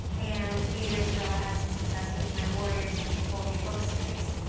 and a few years ago, i had some success with my warriors of trafoldia book series.